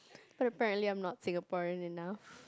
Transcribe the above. but apparently I'm not Singaporean enough